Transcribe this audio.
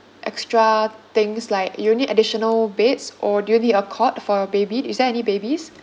extra things like you need additional beds or do you need a cot for your baby is there any babies